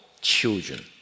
children